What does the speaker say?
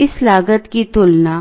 इस लागत की तुलना